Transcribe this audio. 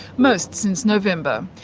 most since november.